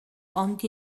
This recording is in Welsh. ond